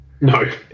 No